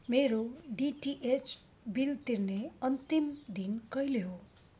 मेरो DTH bill तिर्ने अन्तिम दिन कहिले हो